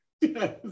Yes